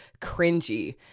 cringy